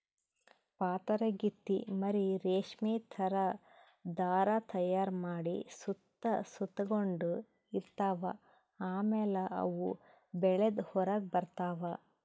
ಪಾತರಗಿತ್ತಿ ಮರಿ ರೇಶ್ಮಿ ಥರಾ ಧಾರಾ ತೈಯಾರ್ ಮಾಡಿ ಸುತ್ತ ಸುತಗೊಂಡ ಇರ್ತವ್ ಆಮ್ಯಾಲ ಅವು ಬೆಳದ್ ಹೊರಗ್ ಬರ್ತವ್